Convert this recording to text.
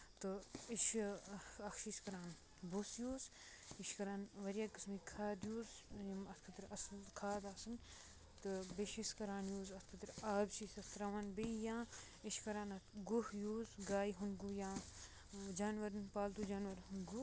تہٕ یہِ چھُ اکھ چھِ أسۍ کران بوس یوٗز بیٚیہِ چھِ کران واریاہ قٔسمٕکۍ کھاد یوٗز یِم اَتھ خٲطرٕ اَصٕل کھاد آسَن تہٕ بیٚیہِ چھُ أسۍ کران یوٗز اَتھ خٲطرٕ آب چھِ أسۍ تراوان بیٚیہِ یا أسۍ چھِ کران اَتھ گُہہ یوٗز گایہِ ہُند گُہہ یا جاناوارن ہُند پالتوٗ جاناوارن ہُند گُہہ